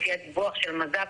לפי הדיווח של מז"פ,